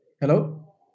Hello